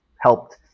helped